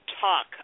talk